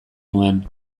nuen